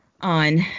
On